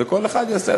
וכל אחד יעשה,